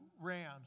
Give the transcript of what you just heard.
rams